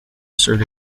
served